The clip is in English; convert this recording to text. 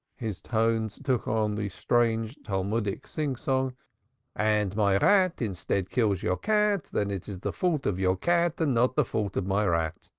his tones took on the strange talmudic singsong and my rat instead kills your cat, then it is the fault of your cat and not the fault of my rat.